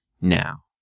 Now